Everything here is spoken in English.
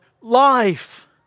life